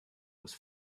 was